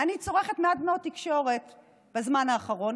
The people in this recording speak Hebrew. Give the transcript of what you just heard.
אני צורכת מעט מאוד תקשורת בזמן האחרון,